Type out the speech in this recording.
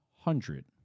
hundred